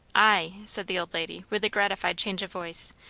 ay! said the old lady with a gratified change of voice.